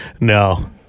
No